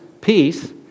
peace